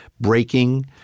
breaking